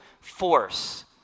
force